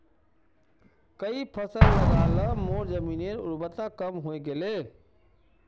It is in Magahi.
कई फसल लगा ल मोर जमीनेर उर्वरता कम हई गेले